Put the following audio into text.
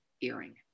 earring